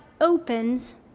opens